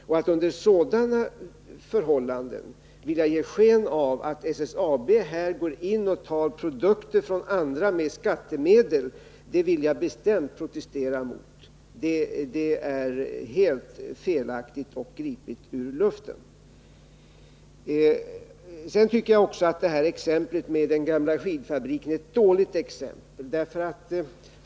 Att man under sådana förhållanden försöker ge sken av att SSAB med skattemedel går in och tar produktmarknad från andra, är något som jag vill bestämt protestera emot. Detta är helt felaktigt och gripet ur luften. Jag tycker också att exemplet med den gamla skidfabriken är ett dåligt exempel.